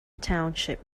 township